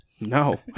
No